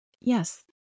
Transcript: yes